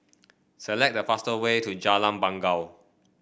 select the faster way to Jalan Bangau